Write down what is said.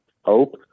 hope